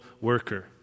worker